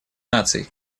наций